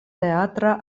teatra